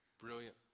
Brilliant